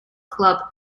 club